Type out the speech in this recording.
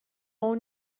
اون